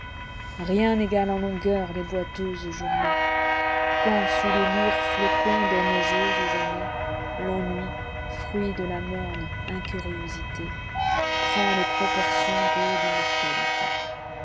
rien n'égale en longueur les boiteuses journées quand sous les lourds flocons des neigeuses annéesl'ennui fruit de la morne incuriomté prend les proportions de l'immortalité